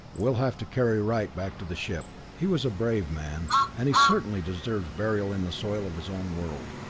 we'll have to carry wright back to the ship. he was a brave man, and he certainly deserves burial in the soil of his own world.